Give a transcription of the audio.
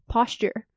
Posture